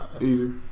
Easy